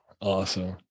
awesome